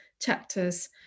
chapters